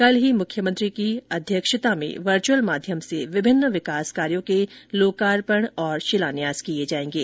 कल ही मुख्यमंत्री की अध्यक्षता में वर्चुअल माध्यम से विभिन्न विकास कार्यों के लोकार्पण और शिलान्यास किए जाएंगे